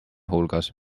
hulgas